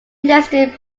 listed